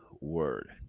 word